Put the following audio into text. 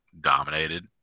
dominated